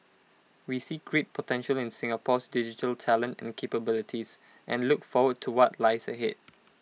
we see great potential in Singapore's digital talent and capabilities and look forward to what lies ahead